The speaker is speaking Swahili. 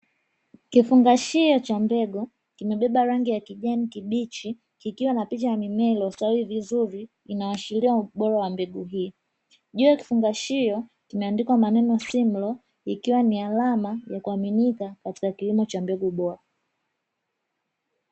Kifungashio cha mbegu kimebeba rangi ya kijani kibichi kikiwa na picha ya mimea iliyostawi vizuri inayo ashiria ubora wa mbegu hiyo, juu ya kifungashio imeandikwa maneno "simlo", ikiwa ni alama ya kuaminika katika kilimo cha mbegu bora.